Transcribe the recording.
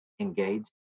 engaged